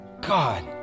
God